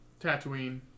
Tatooine